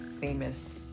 famous